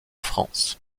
france